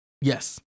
Yes